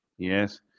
Yes